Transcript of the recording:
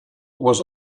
was